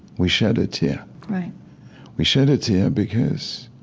we shed a tear right we shed a tear because,